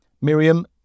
Miriam